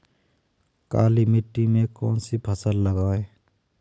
काली मिट्टी में कौन सी फसल लगाएँ?